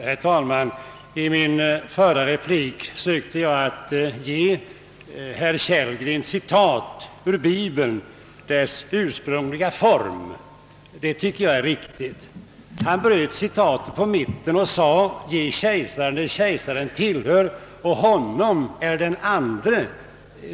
Herr talman! I min förra replik sökte jag ge herr Kellgrens citat ur bibeln dess ursprungliga form, vilket jag tycker är riktigt. Han bröt citatet på mitten och sade: Ge kejsaren vad kejsaren tillhör och åt den andre eller honom det övriga.